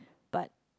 but